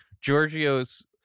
Giorgio's